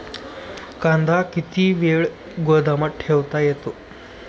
कांदा किती वेळ गोदामात ठेवता येतो?